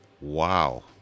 Wow